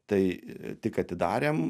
tai tik atidarėm